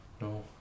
No